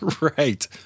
Right